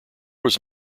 was